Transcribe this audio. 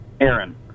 Aaron